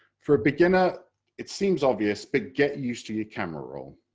for a beginner it seems obvious, but get used to your camera roll,